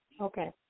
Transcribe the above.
Okay